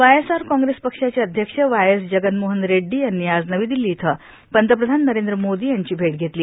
YSR Congress पक्षाचे अध्यक्ष YS Jaganmohan Reddy यांनी आज नवी दिल्ली इथं पंतप्रधान नरेंद्र मोदी यांची भेट घेतली